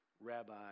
rabbi